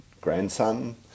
grandson